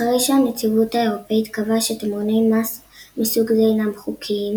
אחרי שהנציבות האירופית קבעה שתמרוני מס מסוג זה אינם חוקיים,